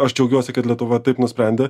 aš džiaugiuosi kad lietuva taip nusprendė